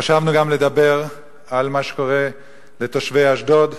חשבנו גם לדבר על מה שקורה לתושבי אשדוד,